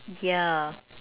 yeah